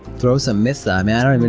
throw some myths um at um and